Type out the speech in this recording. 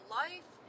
life